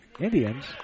Indians